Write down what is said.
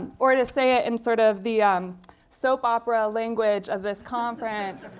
or to say it in sort of the soap opera language of this conference,